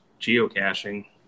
geocaching